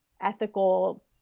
ethical